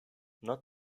not